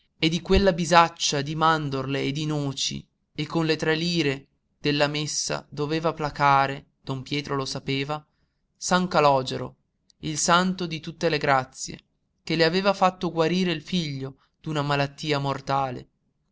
e di quella bisaccia di mandorle e di noci e con le tre lire della messa doveva placare don pietro lo sapeva san calògero il santo di tutte le grazie che le aveva fatto guarire il figlio d'una malattia mortale